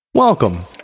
Welcome